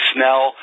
Snell